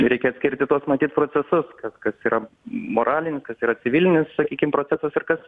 reikia skirti tuos matyt procesus kad kas yra moralinis kas yra civilinis sakykim procesas ir kas